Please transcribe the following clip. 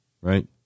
right